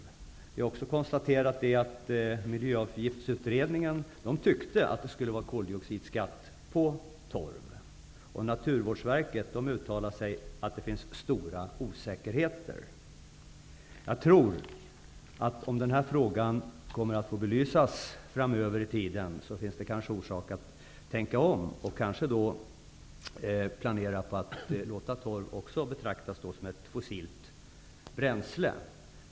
Han har också konstaterat att Miljöavgiftsutredningen tyckte att det skulle vara koldioxidskatt på torv. Naturvårdsverket uttalar att det finns stora osäkerheter. Om denna fråga får belysas framöver finns det kanske orsak att tänka om och att låta också torv betraktas som ett fossilt bränsle.